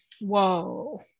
Whoa